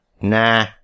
Nah